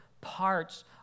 parts